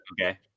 Okay